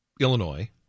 Illinois